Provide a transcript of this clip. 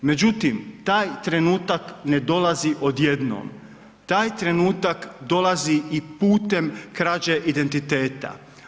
Međutim, taj trenutak ne dolazi odjednom, taj trenutak dolazi i putem krađe identiteta.